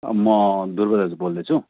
म दुर्गा दाजु बोल्दैछु